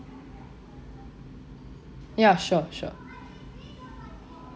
ya sure sure